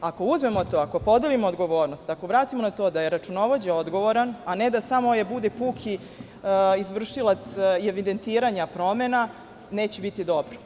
Ako uzmemo to, ako podelimo odgovornost, ako vratimo na to da je računovođa odgovor, a ne da samo bude puki izvršilac evidentiranja promena, neće biti dobro.